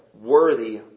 worthy